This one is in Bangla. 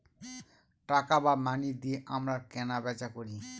টাকা বা মানি দিয়ে আমরা কেনা বেচা করি